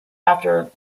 after